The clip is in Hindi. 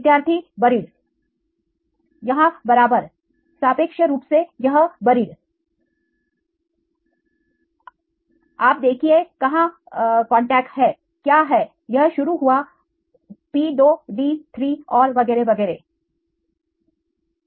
विद्यार्थी बरीड Here right यहां बराबर it is relatively buried सापेक्ष रूप से यह बरीड है आप देखिए कहां कांटेक्ट है Y क्या है यह शुरु हुआ P2 D3 और वगैरह वगैरह where is the Y35